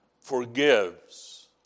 forgives